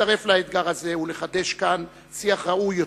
להצטרף לאתגר הזה ולחדש כאן שיח ראוי יותר,